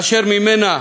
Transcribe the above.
אשר ממנה